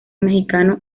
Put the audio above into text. mexicano